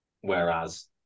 whereas